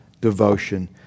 devotion